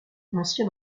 ancien